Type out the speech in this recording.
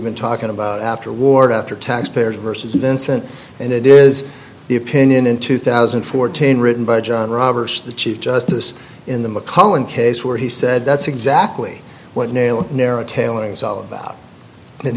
been talking about after wards after taxpayers vs vincent and it is the opinion in two thousand and fourteen written by john roberts the chief justice in the mcallen case where he said that's exactly what nailed narrow tailings all about